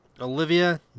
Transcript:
Olivia